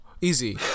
easy